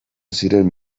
ziren